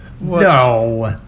No